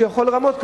שהוא יכול לרמות,